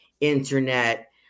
internet